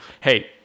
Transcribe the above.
hey